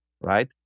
right